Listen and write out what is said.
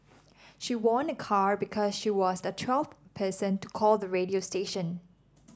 she won a car because she was the twelfth person to call the radio station